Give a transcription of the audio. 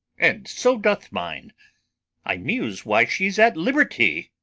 and so doth mine i muse why she's at liberty.